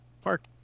Park